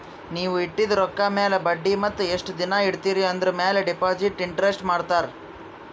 ನೀವ್ ಇಟ್ಟಿದು ರೊಕ್ಕಾ ಮ್ಯಾಲ ಬಡ್ಡಿ ಮತ್ತ ಎಸ್ಟ್ ದಿನಾ ಇಡ್ತಿರಿ ಆಂದುರ್ ಮ್ಯಾಲ ಡೆಪೋಸಿಟ್ ಇಂಟ್ರೆಸ್ಟ್ ಮಾಡ್ತಾರ